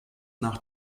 nach